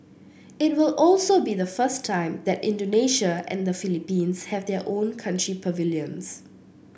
it will also be the first time that Indonesia and the Philippines have their own country pavilions